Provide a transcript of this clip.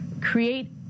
create